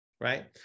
right